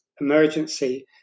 emergency